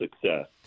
success